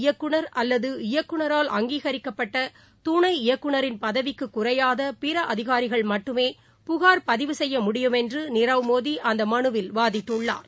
இயக்குநர் அல்லது இயக்குநரால் அங்கீகிக்கப்பட்டதுணை இயக்குநின் பதவிக்குக் குறையாதபிறஅதிகாரிமட்டுமே புகார் பதிவு செய்ய முடியும் என்றுநீரவ் மோடிஅந்தமனுவில் வாதிட்டுள்ளாா்